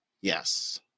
Yes